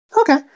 Okay